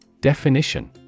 Definition